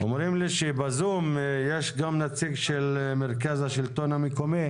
אומרים לי שבזום יש גם נציג של מרכז השלטון המקומי,